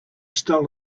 stole